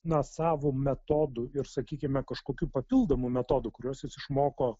na savo metodų ir sakykime kažkokių papildomų metodų kuriuos jis išmoko